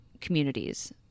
communities